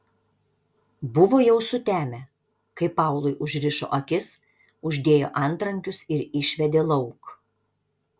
buvo jau sutemę kai paului užrišo akis uždėjo antrankius ir išvedė lauk